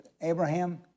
Abraham